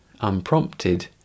unprompted